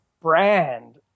brand